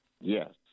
Yes